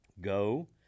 Go